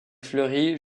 fleuris